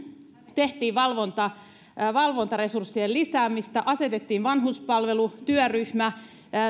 tehtiin valvontaresurssien lisäämistä asetettiin vanhuspalvelutyöryhmä